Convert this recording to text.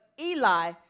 Eli